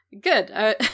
Good